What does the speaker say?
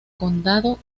condado